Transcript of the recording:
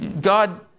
God